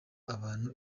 abantu